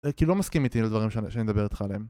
כי לא מסכים איתי לדברים שאני אדבר איתך עליהם